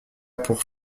pour